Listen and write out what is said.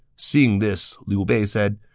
seeing this, liu bei said,